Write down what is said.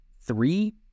three